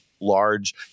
large